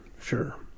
Sure